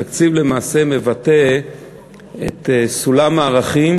תקציב למעשה מבטא את סולם הערכים